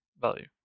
value